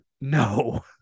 No